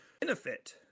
benefit